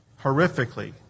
horrifically